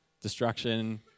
destruction